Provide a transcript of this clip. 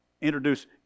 Introduce